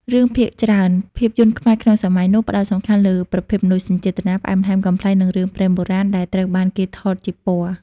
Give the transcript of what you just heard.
រឿងភាគច្រើន ភាពយន្តខ្មែរក្នុងសម័យនោះ ផ្ដោតសំខាន់លើប្រភេទមនោសញ្ចេតនា ផ្អែមល្ហែម កំប្លែង និងរឿងព្រេងបុរាណ ដែលត្រូវបានគេថតជាពណ៌។